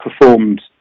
performed